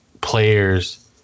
players